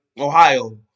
Ohio